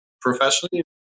professionally